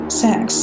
sex